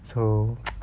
so